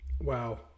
Wow